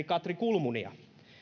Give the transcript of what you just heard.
katri kulmunia